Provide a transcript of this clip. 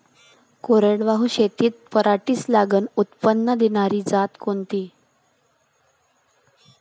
कोरडवाहू शेतीत पराटीचं चांगलं उत्पादन देनारी जात कोनची?